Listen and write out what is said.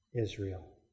Israel